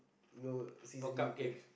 you know seasoning you can